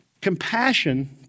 Compassion